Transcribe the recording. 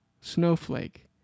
Snowflake